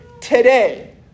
today